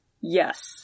Yes